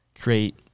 create